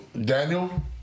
Daniel